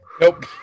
Nope